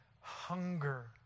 hunger